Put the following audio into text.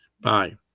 Bye